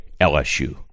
LSU